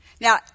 Now